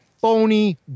phony